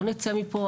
לא נצא מפה,